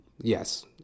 yes